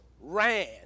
ran